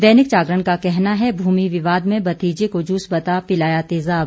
दैनिक जागरण का कहना है भूमि विवाद में भतीजे को जूस बता पिलाया तेजाब